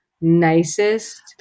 nicest